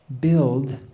build